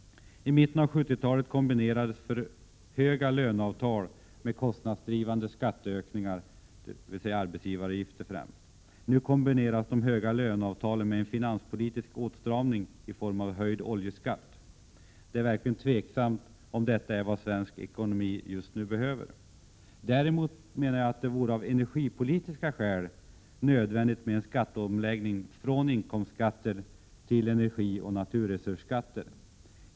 I mitten av 70-talet kombinerades för höga löneavtal med kostnadsdrivande skatteökningar, dvs. främst arbetsgivaravgifter. Nu kombineras de höga löneavtalen med en finanspolitisk åtstramning i form av höjd oljeskatt. Det är verkligen tvivelaktigt om detta är vad svensk ekonomi just nu behöver. Däremot är det av energipolitiska skäl nödvändigt med en skatteomläggning, från inkomstskatter till energioch naturresursskatter.